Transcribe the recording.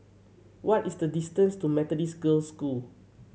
what is the distance to Methodist Girls' School